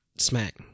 smack